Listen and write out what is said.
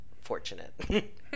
fortunate